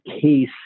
case